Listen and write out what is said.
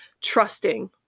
trusting